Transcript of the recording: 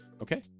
Okay